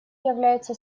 является